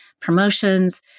promotions